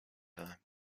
time